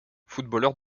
footballeur